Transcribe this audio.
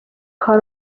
کار